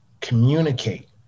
communicate